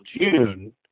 June